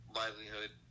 livelihood